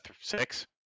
six